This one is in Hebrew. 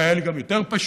אולי היה לי גם יותר פשוט,